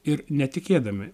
ir netikėdami